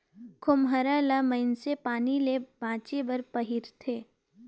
खोम्हरा ल मइनसे पानी ले बाचे बर पहिरथे